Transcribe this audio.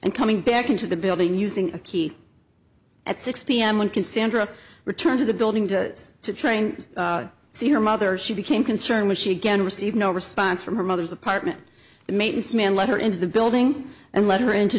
and coming back into the building using a key at six pm one can see andrea return to the building to train see her mother she became concerned when she again received no response from her mother's apartment maintenance man let her into the building and let her into